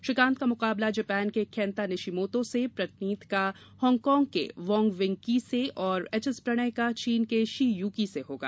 श्रीकांत का मुकाबला जापान के केंता निशिमोतो से प्रणीत का हांगकांग के वॉन्ग विंग की से और एच एस प्रणय का चीन के षी युकी से होगा